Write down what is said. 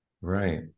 Right